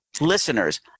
listeners